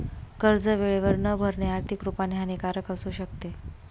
कर्ज वेळेवर न भरणे, आर्थिक रुपाने हानिकारक असू शकते